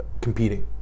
competing